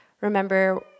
remember